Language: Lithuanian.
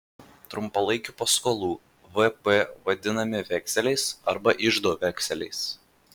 trumpalaikių paskolų vp vadinami vekseliais arba iždo vekseliais